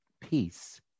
peace